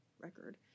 Record